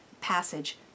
passage